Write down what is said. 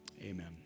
Amen